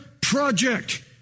project